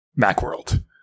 Macworld